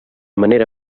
manera